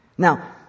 Now